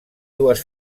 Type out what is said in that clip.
dues